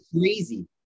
crazy